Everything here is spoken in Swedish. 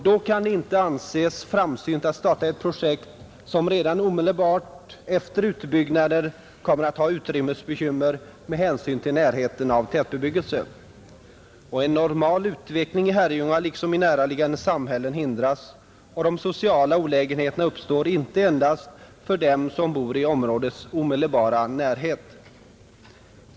Då kan det inte anses framsynt att starta ett projekt, som redan omedelbart efter utbyggnaden kommer att ha utrymmesbekymmer med hänsyn till närheten av tätbebyggelse. En normal utveckling i Herrljunga liksom i närliggande samhällen hindras. Sociala olägenheter uppstår inte endast för dem som bor i områdets omedelbara närhet.